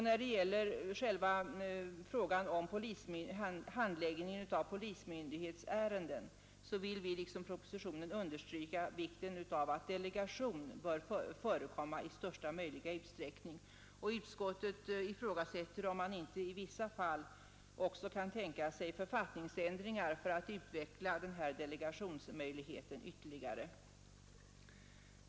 När det gäller frågan om handläggning av polismyndighetsärenden vill vi liksom propositionen understryka vikten av att delegation förekommer i största möjliga utsträckning, och utskottet ifrågasätter om man inte i vissa fall också kan tänka sig författningsändringar för att utvidga delegationsmöjligheten ytterligare.